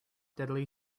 deadly